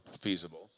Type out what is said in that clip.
feasible